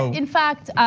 ah in fact,